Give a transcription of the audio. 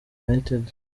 united